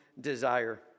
desire